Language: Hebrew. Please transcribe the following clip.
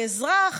כאזרח,